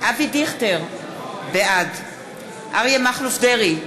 אבי דיכטר, בעד אריה מכלוף דרעי,